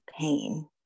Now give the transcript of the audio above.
pain